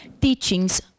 teachings